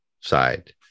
side